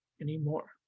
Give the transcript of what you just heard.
anymore